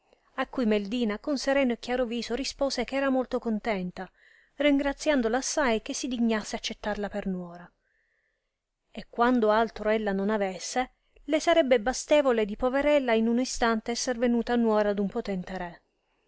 a cui meldina con sereno e chiaro viso rispose che era molto contenta ringraziandola assai che si dignasse accettarla per nuora e quando altro ella non avesse le sarebbe bastevole di poverella in uno instante esser venuta nuora d un potente re